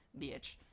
bitch